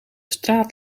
straat